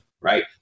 Right